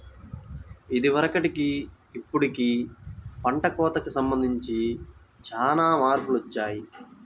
ఇదివరకటికి ఇప్పుడుకి పంట కోతకి సంబంధించి చానా మార్పులొచ్చాయ్